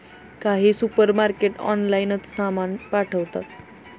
काही सुपरमार्केट ऑनलाइनच सामान पाठवतात